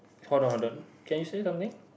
hold on hold on can you say something